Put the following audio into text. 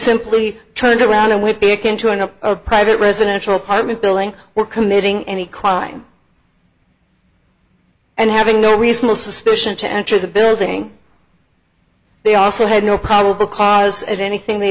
simply turned around and would be akin to a private residential apartment building were committing any crime and having no reasonable suspicion to enter the building they also had no probable cause and anything they